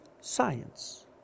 science